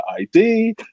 ID